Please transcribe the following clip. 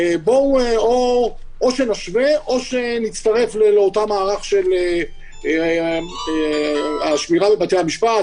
או שנשווה או שנצטרף לאותו מערך של השמירה בבתי-המשפט,